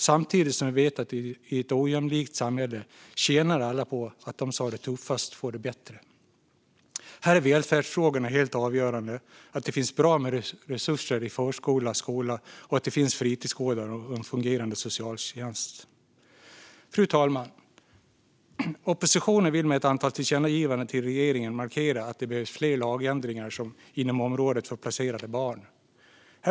Samtidigt vet vi att i ett ojämlikt samhälle tjänar alla på att de som har det tuffast får det bättre. Här är välfärdsfrågorna helt avgörande - att det finns bra med resurser i förskola och skola och att det finns fritidsgårdar och en fungerande socialtjänst. Fru talman! Oppositionen vill med ett antal tillkännagivanden till regeringen markera att det behövs fler lagändringar inom området placerade barn och unga.